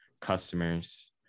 customers